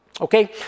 okay